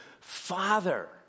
father